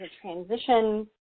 transition